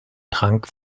trank